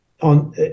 on